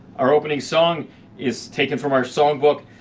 our opening song is taken from our songbook,